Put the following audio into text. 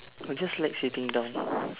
I just like sitting down